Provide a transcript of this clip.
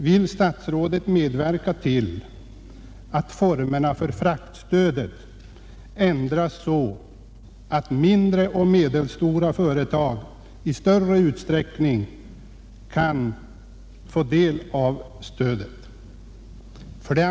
Vill statsrådet medverka till att formerna för fraktstödet ändras så att mindre och medelstora företag i större utsträckning kan få del av stödet? 2.